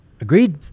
agreed